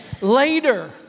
Later